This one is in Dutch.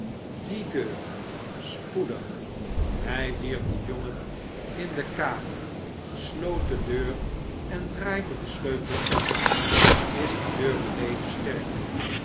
die deur spoedig hij wierp den jongen in de kamer sloot de deur en draaide den sleutel om is de deur beneden sterk